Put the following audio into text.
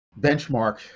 benchmark